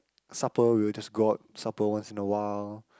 like supper we will just go out supper once in a while